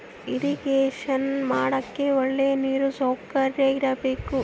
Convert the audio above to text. irrigation ಮಾಡಕ್ಕೆ ಒಳ್ಳೆ ನೀರಿನ ಸೌಕರ್ಯ ಇರಬೇಕು